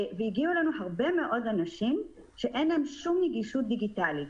והגיעו אלינו הרבה מאוד אנשים שאין להם שום נגישות דיגיטלית.